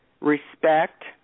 respect